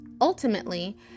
Ultimately